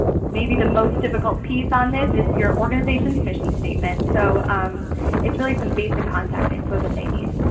maybe the most difficult piece on this is your organization's mission statement. so its really some basic contact info that they need.